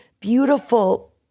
beautiful